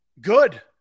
Good